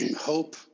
hope